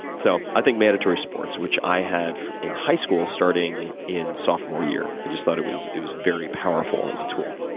so i think mandatory sports, which i had in high school starting in sophomore year. i just thought it was it was very powerful as a tool.